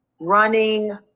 running